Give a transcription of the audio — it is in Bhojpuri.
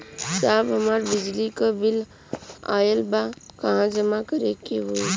साहब हमार बिजली क बिल ऑयल बा कहाँ जमा करेके होइ?